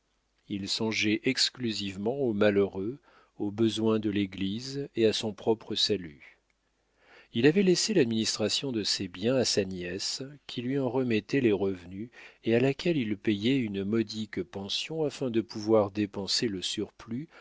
il songeait exclusivement aux malheureux aux besoins de l'église et à son propre salut il avait laissé l'administration de ses biens à sa nièce qui lui en remettait les revenus et à laquelle il payait une modique pension afin de pouvoir dépenser le surplus